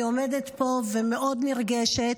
אני עומדת פה ומאוד נרגשת,